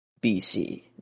BC